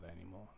anymore